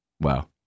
Wow